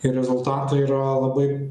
ir rezultatai yra labai